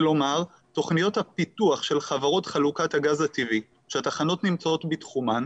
כלומר תוכניות הפיתוח של חברות חלוקת הגז הטבעי שהתחנות נמצאות בתחומן